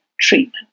treatment